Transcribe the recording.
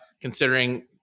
considering